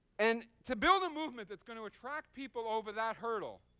and to build a movement that's going to attract people over that hurdle